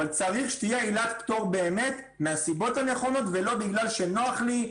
אבל צריך שתהיה עילת פטור באמת מהסיבות הנכונות ולא בגלל שנוח לי,